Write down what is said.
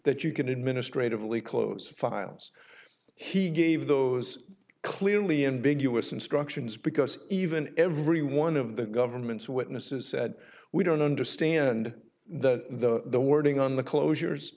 that you can administratively close files he gave those clearly ambiguous instructions because even every one of the government's witnesses said we don't understand that the wording on the closures